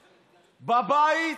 בבית,